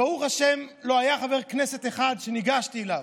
ברוך השם, לא היה חבר כנסת אחד שניגשתי אליו,